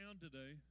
today